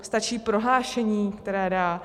Stačí prohlášení, které dá?